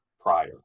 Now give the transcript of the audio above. prior